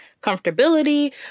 comfortability